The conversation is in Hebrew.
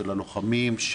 של הלוחמים,